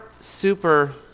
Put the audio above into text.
super